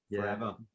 forever